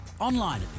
online